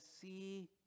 see